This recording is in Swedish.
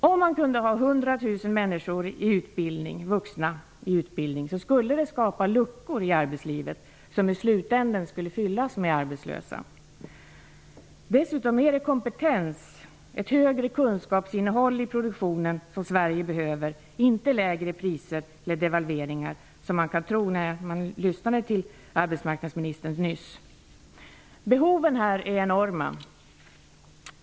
Om man kunde ha 100 000 vuxna i utbildning skulle det skapa luckor i arbetslivet som i slutändan skulle fyllas med arbetslösa. Dessutom är det kompetens och ett bättre kunskapsinnehåll i produktionen som Sverige behöver, inte lägre priser eller devalveringar -- vilket man kan tro efter att nyss ha lyssnat på arbetsmarknadsministern. Behoven här är enorma.